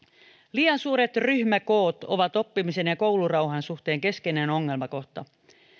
liian suuret ryhmäkoot ovat oppimisen ja koulurauhan suhteen keskeinen ongelmakohta